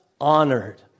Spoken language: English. honored